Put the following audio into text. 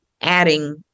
adding